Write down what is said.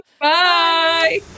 Bye